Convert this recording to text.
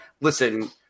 listen